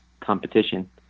competition